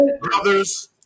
brothers